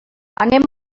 anem